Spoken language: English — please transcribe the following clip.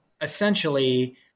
essentially